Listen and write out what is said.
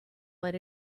let